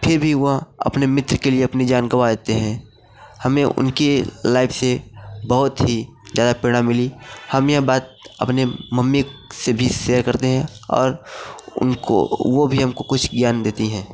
फिर भी वह अपने मित्र के लिए अपनी जान गवाँ देते हैं हमें उनके लाइफ से बहुत ही ज़्यादा प्रेरणा मिली हम यह बात अपने मम्मी से भी सेयर करते हैं और उनको वो भी हमको कुछ ज्ञान देती हैं